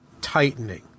tightening